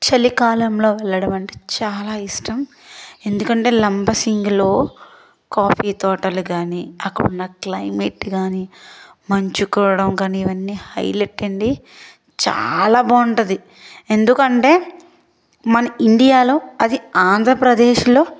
చలికాలంలో వెళ్లడమంటే చాలా ఇష్టం ఎందుకంటే లంబసింగిలో కాఫీ తోటలు కానీ అక్కడున్న క్లైమేట్ కానీ మంచు కురవడం కానీ ఇవన్నీ హైలెట్ అండి చాలా బాగుంటుంది ఎందుకంటే మన ఇండియాలో అది ఆంధ్రప్రదేశ్లో